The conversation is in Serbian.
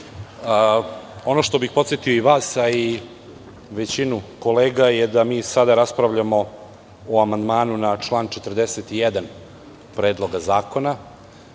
što bih podsetio i vas i većinu kolega je da sada raspravljamo o amandmanu na član 41. Predloga zakona,